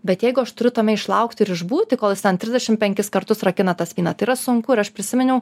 bet jeigu aš turiu tame išlaukti ir išbūti kol jis ten trisdešim penkis kartus rakina tą spyną tai yra sunku ir aš prisiminiau